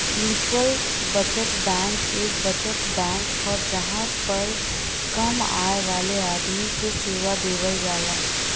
mutual बचत bank एक बचत बैंक हो जहां पर कम आय वाले आदमी के सेवा देवल जाला